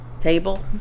table